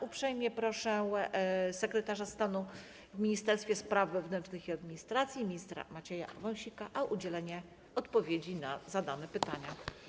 Uprzejmie proszę sekretarza stanu w Ministerstwie Spraw Wewnętrznych i Administracji, ministra Macieja Wąsika o udzielenie odpowiedzi na zadane pytania.